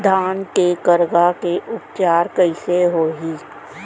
धान के करगा के उपचार कइसे होही?